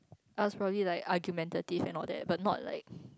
our Poly like argumentative and all that but not like